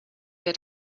wer